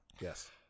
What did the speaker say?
yes